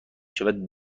شود